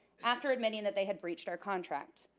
after admitting that they had breached our contract.